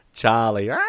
charlie